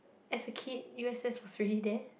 as a kid U_S_S was already there